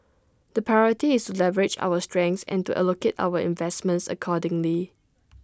the priority is to leverage our strengths and to allocate our investments accordingly